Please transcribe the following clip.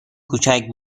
کوچک